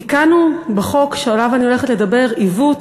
תיקנו בחוק שעליו אני עומדת לדבר עיוות